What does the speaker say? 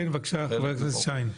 כן, בבקשה, חבר הכנסת שיין.